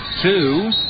two